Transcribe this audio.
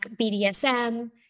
BDSM